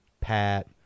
Pat